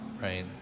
right